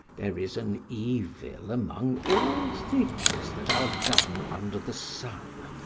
there is an evil among all things that are done under the sun,